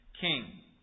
king